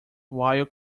while